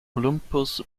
olympus